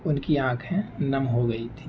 ان کی آنکھیں نم ہو گئی تھیں